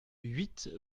huit